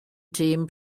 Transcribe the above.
team